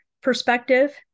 perspective